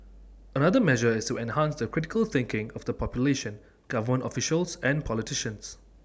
another measure is to enhance the critical thinking of the population government officials and politicians